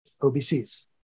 OBCs